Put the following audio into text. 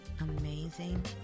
amazing